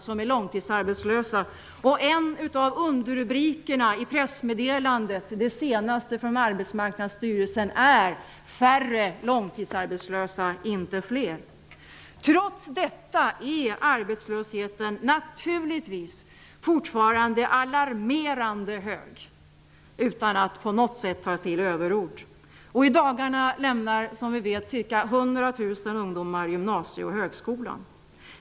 En av underrubrikerna i det senaste pressmeddelandet från Arbetsmarknadsstyrelsen är också ''Färre långtidsarbetslösa -- inte fler''. Trots detta är arbetslösheten naturligtvis fortfarande alarmerande hög -- att säga detta är inte på något sätt att ta till överord. I dagarna lämnar också som vi vet ca 100 000 ungdomar gymnasieoch högskolan.